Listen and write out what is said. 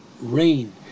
rain